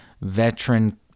veteran